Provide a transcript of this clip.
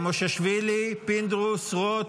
מושיאשוילי, פינדרוס, רוט,